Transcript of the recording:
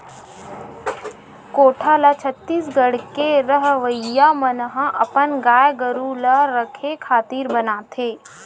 कोठा ल छत्तीसगढ़ के रहवइया मन ह अपन गाय गरु ल रखे खातिर बनाथे